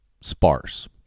sparse